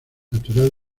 natural